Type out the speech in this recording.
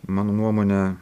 mano nuomone